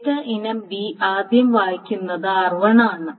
data ഇനം b ആദ്യം വായിക്കുന്നത് r1 ആണ്